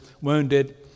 wounded